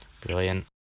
Brilliant